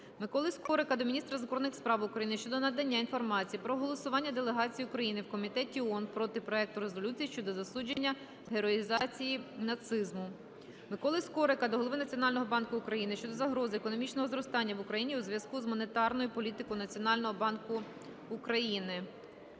Миколи Скорика до міністра закордонних справ України щодо надання інформації про голосування делегації України в комітеті ООН проти проекту резолюції щодо засудження героїзації нацизму. Миколи Скорика до Голови Національного банку України щодо загрози економічному зростанню в Україні у зв'язку з монетарною політикою Національного банку України.